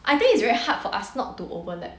I think it's very hard for us not to overlap